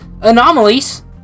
anomalies